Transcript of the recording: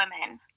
women